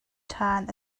ṭhan